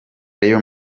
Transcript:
real